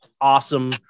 awesome